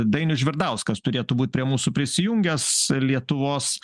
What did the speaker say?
dainius žvirdauskas turėtų būt prie mūsų prisijungęs lietuvos